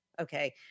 Okay